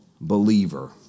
believer